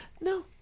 No